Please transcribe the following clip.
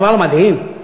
דבר מדהים.